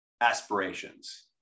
aspirations